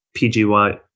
PGY